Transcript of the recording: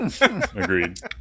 Agreed